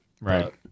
Right